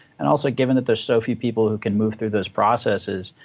and also, given that there's so few people who can move through those processes,